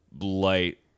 light